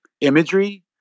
imagery